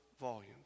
volumes